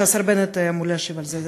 שהשר בנט אמור להשיב על זה.